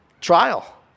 trial